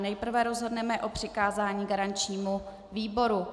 Nejprve rozhodneme o přikázání garančnímu výboru.